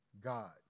God